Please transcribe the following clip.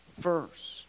first